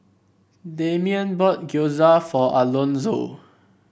Damien bought Gyoza for Alonzo